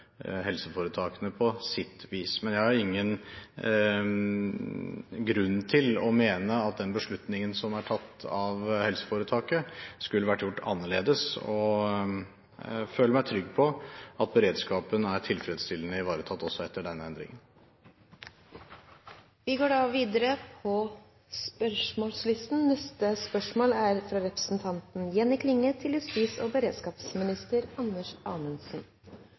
helseforetakene på sitt vis. Jeg har ingen grunn til å mene at den beslutningen som er tatt av helseforetaket, skulle vært gjort annerledes, og føler meg trygg på at beredskapen er tilfredsstillende ivaretatt også etter denne endringen. «Soningsoverføring av utanlandske domfelte til heimlandet deira er